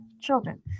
children